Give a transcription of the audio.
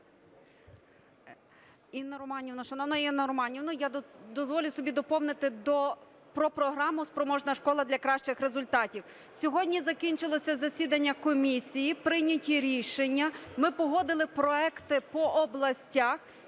МАНДЗІЙ Л.С. Шановна Інна Романівна, я дозволю собі доповнити про програму "Спроможна школа для кращих результатів". Сьогодні закінчилося засідання комісії, прийняті рішення. Ми погодили проекти по областях.